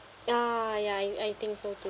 ya ya I I think so too